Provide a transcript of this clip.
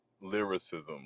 lyricism